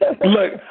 look